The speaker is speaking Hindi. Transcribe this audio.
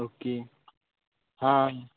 ओके हाँ